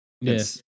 Yes